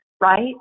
right